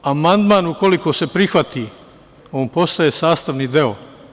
Amandman, ukoliko se prihvati, on postaje sastavni deo.